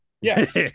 yes